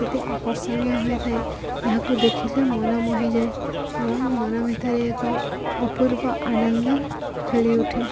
କେତେ ଆକର୍ଷଣୀୟ ହୋଇଥାଏ ଏହାକୁ ଦେଖିଲେ ମନମହିଯାଏ ଏବଂ ମନ ଭିତରେ ଏକ ଅପୂର୍ବ ଆନନ୍ଦ ଖେଳି ଉଠେ